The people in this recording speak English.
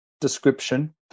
description